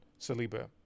saliba